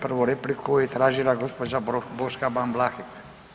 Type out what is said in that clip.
Prvu repliku je tražila gospođa Boška Ban Vlahek.